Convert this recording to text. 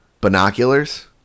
Binoculars